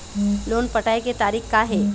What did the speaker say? Loan पटाए के तारीख़ का हे?